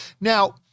Now